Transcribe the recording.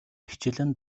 хичээлээ